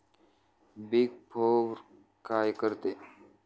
Big four काय करते?